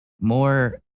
more